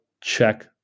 check